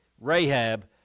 Rahab